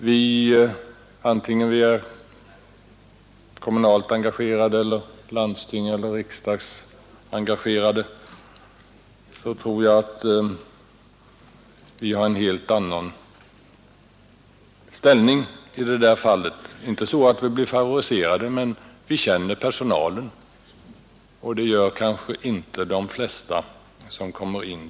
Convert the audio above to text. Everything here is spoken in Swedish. Vare sig vi är engagerade kommunalt i landsting eller i riksdag har vi en helt annan ställning; inte så att vi blir favoriserade, men vi känner personalen, vilket inte de flesta patienter gör.